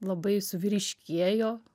labai suvyriškėjo